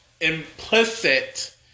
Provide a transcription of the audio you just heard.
implicit